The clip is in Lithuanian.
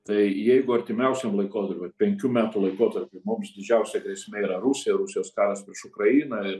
tai jeigu artimiausiam laikotarpy penkių metų laikotarpy mums didžiausia grėsmė yra rusija rusijos karas prieš ukrainą